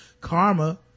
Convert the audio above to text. Karma